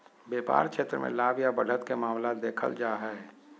व्यापार क्षेत्र मे लाभ या बढ़त के मामला देखल जा हय